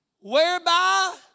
whereby